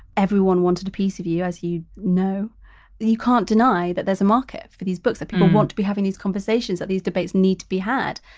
everyone wanted a piece of you as you know you can't deny that there's a market for these books that people want to be having these conversations that these debates need to be had.